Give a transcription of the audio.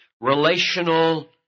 relational